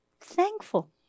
thankful